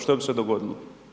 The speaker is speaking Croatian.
Što bi se dogodilo?